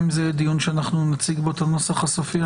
גם אם זה דיון שאנחנו נציג בו את הנוסח הסופי,